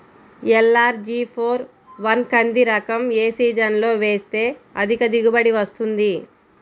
LRG four one కంది రకం ఏ సీజన్లో వేస్తె అధిక దిగుబడి వస్తుంది?